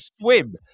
swim